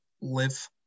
live